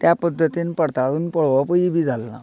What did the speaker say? त्या पध्दतीन परताळून पळोवपूय बी जाल ना